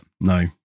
no